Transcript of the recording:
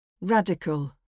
radical